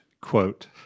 quote